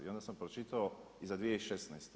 I onda sam pročitao i za 2016.